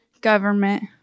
government